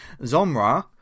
Zomra